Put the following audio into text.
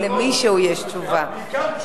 אם למישהו יש תשובה.